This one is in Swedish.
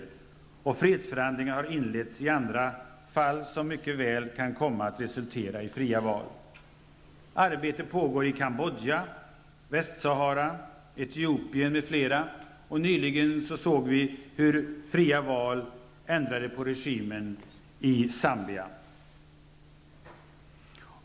På annat håll har fredsförhandlingar inletts, som mycket väl kan komma att resultera i fria val. Arbete pågår i Cambodja, Västsahara, Etiopien m.fl. länder, och nyligen såg vi att fria val ändrade regimen i Zambia.